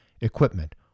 equipment